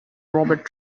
robert